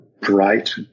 bright